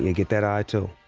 yeah get that eye, too.